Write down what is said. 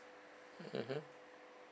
mmhmm